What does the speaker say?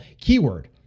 keyword